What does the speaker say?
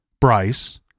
Bryce